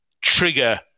trigger